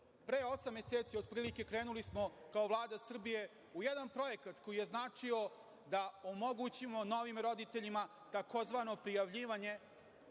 Pre osam meseci otprilike krenuli smo kao Vlada Srbije u jedan projekat koji je značio da omogućimo novim roditeljima tzv. prijavljivanje